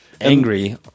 angry